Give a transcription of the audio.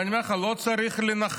ואני אומר לך, לא צריך לנחש.